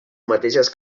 mateixes